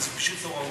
אבל זה פשוט לא ראוי.